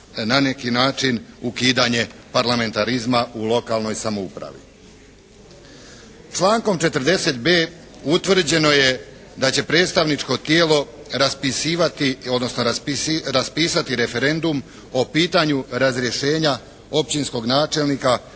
na neki način ukidanje parlamentarizma u lokalnoj samoupravi. Člankom 40b. utvrđeno je da će predstavničko tijelo raspisivati, odnosno raspisati referendum o pitanju razrješenja općinskog načelnika,